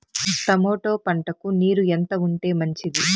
Tomato పంటకు నీరు ఎంత ఉంటే మంచిది?